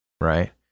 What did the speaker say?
Right